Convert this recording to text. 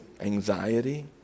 anxiety